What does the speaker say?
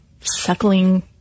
suckling